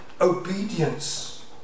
obedience